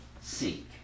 seek